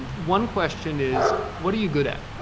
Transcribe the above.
one question is what are you good at?